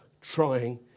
trying